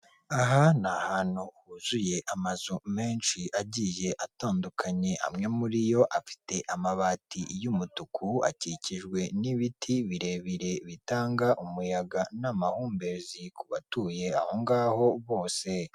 Aha ni ahantu huzuye amazu menshi agiye atandukanye amwe muri yo afite amabati y'umutuku akikijwe n'ibiti birebire bitanga umuyaga n'amahumbezi ku batuye ahongaho bose.